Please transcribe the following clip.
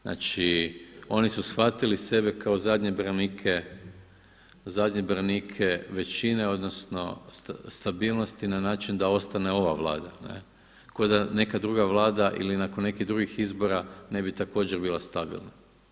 Znači oni su shvatili sebe kao zadnje branike većine odnosno stabilnosti i način da ostane ova Vlada, ko da neka druga Vlada ili nakon nekih drugih izbora ne bi također bila stabilna.